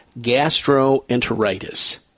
gastroenteritis